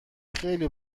خیلی